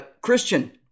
Christian